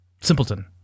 simpleton